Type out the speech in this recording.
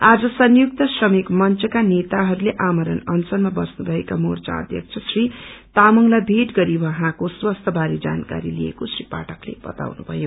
आज संयुक्त श्रमिक मंचका नेताहरूले आमरण अनशनमा बस्नु भएका मोर्चा अध्यक्ष श्री तामंगलाई भेट गरी उहाँको स्वास्थ्य बारे जानकारी लिएको श्री पाठकले बताउनुभयो